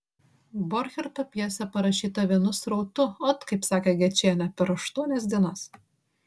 borcherto pjesė parašyta vienu srautu ot kaip sakė gečienė per aštuonias dienas